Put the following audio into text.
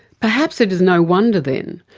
perhaps it is no wonder then,